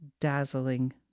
dazzling